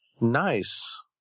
Nice